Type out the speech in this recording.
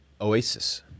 oasis